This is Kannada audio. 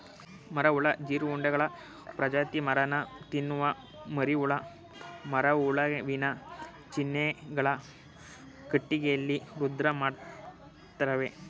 ಮರಹುಳು ಜೀರುಂಡೆಗಳ ಪ್ರಜಾತಿ ಮರನ ತಿನ್ನುವ ಮರಿಹುಳ ಮರಹುಳುವಿನ ಚಿಹ್ನೆಗಳು ಕಟ್ಟಿಗೆಯಲ್ಲಿ ರಂಧ್ರ ಮಾಡಿರ್ತವೆ